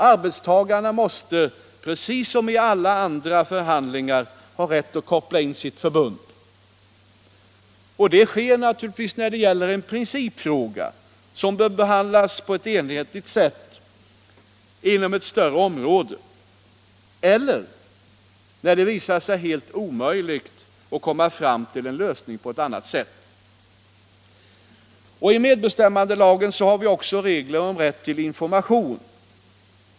Arbetstagarna måste, precis som i alla andra förhandlingar, ha rätt att koppla in sitt förbund. Det sker naturligtvis när det gäller en principfråga som bör behandlas på ett enhetligt sätt inom ett större område eller när det visar sig helt omöjligt att komma fram till en lösning på annat sätt. I medbestämmandelagen har vi också regler om rätt till information.